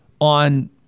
on